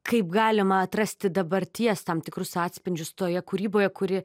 kaip galima atrasti dabarties tam tikrus atspindžius toje kūryboje kuri